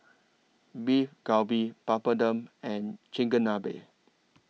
Beef Galbi Papadum and Chigenabe